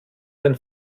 den